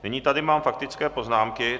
Nyní tady mám faktické poznámky.